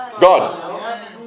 God